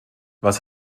was